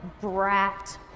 brat